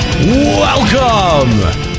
Welcome